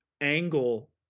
angle